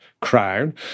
crown